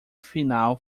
final